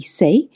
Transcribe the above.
say